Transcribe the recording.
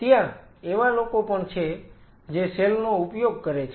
ત્યાં એવા લોકો પણ છે જે સેલ નો ઉપયોગ કરે છે